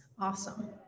Awesome